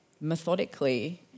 methodically